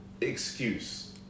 excuse